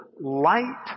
light